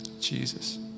Jesus